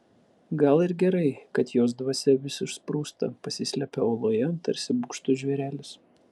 gal ir gerai kad jos dvasia vis išsprūsta pasislepia oloje tarsi bugštus žvėrelis